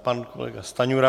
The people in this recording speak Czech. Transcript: Pan kolega Stanjura.